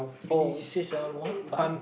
oh this is a what vibe